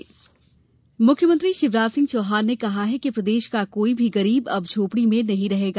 शिवराज जनआशीर्वाद मुख्यमंत्री शिवराज सिंह चौहान ने कहा कि प्रदेश का कोई भी गरीब अब झोपड़ी में नहीं रहेगा